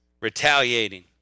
retaliating